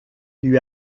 lui